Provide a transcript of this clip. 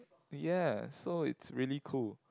ya so it's really cool